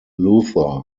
luthor